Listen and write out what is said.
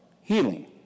healing